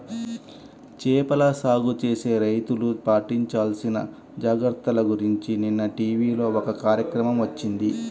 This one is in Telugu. చేపల సాగు చేసే రైతులు పాటించాల్సిన జాగర్తల గురించి నిన్న టీవీలో ఒక కార్యక్రమం వచ్చింది